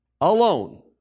alone